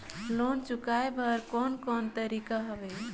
Loan चुकाए बर कोन कोन तरीका हवे?